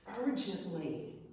urgently